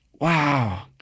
wow